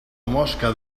mosca